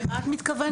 למה את מתכוונת?